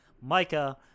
Micah